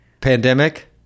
Pandemic